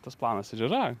tas planas ir yra